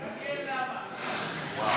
מעניין למה.